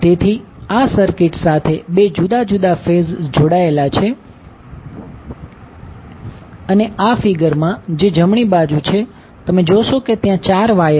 તેથી આ સર્કિટ સાથે 2 જુદા જુદા ફેઝ જોડાયેલા છે અને આ ફિગરમાં જે જમણી બાજુ છે તમે જોશો કે ત્યાં 4 વાયર છે